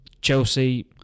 Chelsea